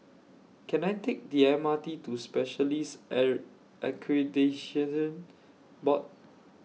Can I Take The M R T to Specialists Error Board